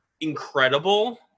incredible